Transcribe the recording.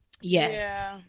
Yes